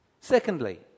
Secondly